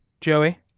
Joey